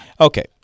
okay